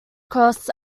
cross